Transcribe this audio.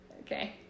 Okay